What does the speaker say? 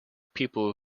people